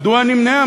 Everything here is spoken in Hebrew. מדוע נמנעה?